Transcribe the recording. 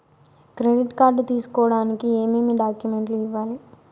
credit card తీసుకోడానికి ఏమేమి డాక్యుమెంట్లు ఇవ్వాలి